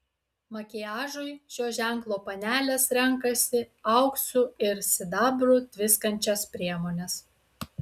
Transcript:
makiažui šio ženklo panelės renkasi auksu ir sidabru tviskančias priemones